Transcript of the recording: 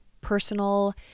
personal